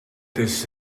this